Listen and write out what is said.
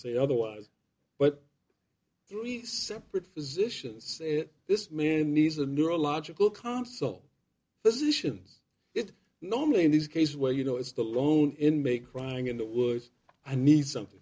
say otherwise but three separate physicians this man needs a neurological console this isn't it normally in these cases where you know it's the loan in may crying in the woods i need something